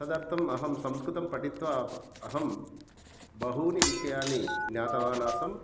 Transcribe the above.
तदर्थम् अहं संस्कृतं पठित्वा अहं बहूनि विषयानि ज्ञातवानासम्